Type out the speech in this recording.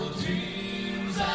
dreams